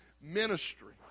ministry